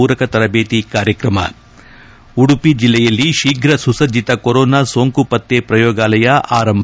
ಪೂರಕ ತರಬೇತಿ ಕಾರ್ಯಕ್ರಮ ಉದುಪಿ ಜಿಲ್ವೆಯಲ್ಲಿ ಶೀಫ್ರ ಸುಸಜ್ಜಿತ ಕೊರೋನಾ ಸೋಂಕು ಪತ್ತೆ ಪ್ರಯೋಗಾಲಯ ಆರಂಭ